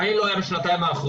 גם אם לא היה בשנתיים האחרונות,